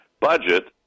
budget